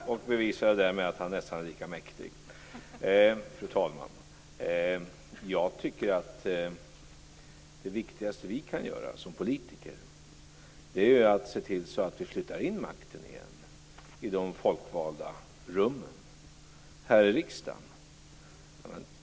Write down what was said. Fru talman! Sänk skatten, säger Percy Barnevik. Så säger också Lars Bäckström, och bevisar därmed att han är nästan lika mäktig! Jag tycker att det viktigaste vi kan göra som politiker är att se till att vi flyttar in makten i de folkvalda rummen här i riksdagen igen.